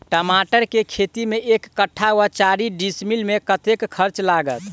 टमाटर केँ खेती मे एक कट्ठा वा चारि डीसमील मे कतेक खर्च लागत?